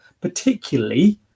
particularly